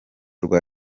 rwa